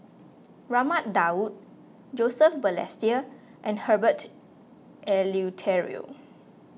Raman Daud Joseph Balestier and Herbert Eleuterio